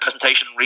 presentation